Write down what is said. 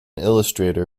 illustrator